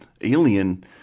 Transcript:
Alien